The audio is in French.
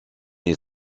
est